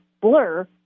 blur